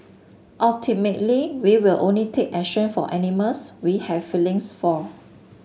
ultimately we will only take action for animals we have feelings for